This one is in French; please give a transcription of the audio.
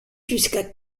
jusqu’à